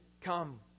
come